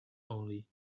only